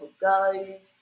guys